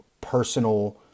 personal